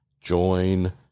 join